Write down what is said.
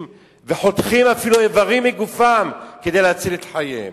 וחותכים אפילו איברים מגופם, כדי להציל את חייהם.